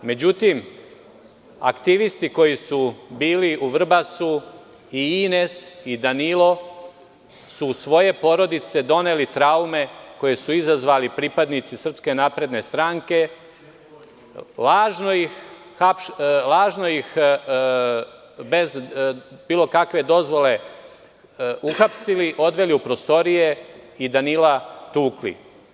Međutim, aktivisti koji su bili u Vrbasu, i Ines i Danilo su u svoje porodice doneli traume koje su izazvali pripadnici SNS, lažno ih, bez bilo kakve dozvole uhapsili, odveli u prostorije, i Danila tukli.